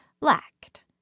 lacked